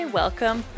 welcome